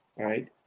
right